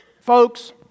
folks